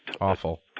awful